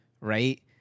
right